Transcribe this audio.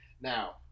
now